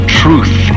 truth